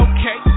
Okay